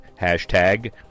hashtag